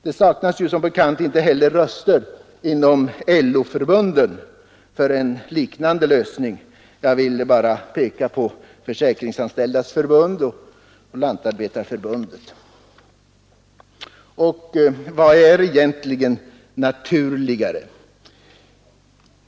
Det saknas som bekant inte heller röster inom LO-förbunden för en liknande lösning — jag vill peka på Försäkringsan Och vad är egentligen naturligare?